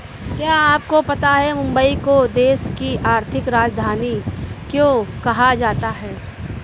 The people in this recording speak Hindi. क्या आपको पता है मुंबई को देश की आर्थिक राजधानी क्यों कहा जाता है?